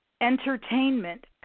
entertainment